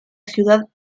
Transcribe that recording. ciudad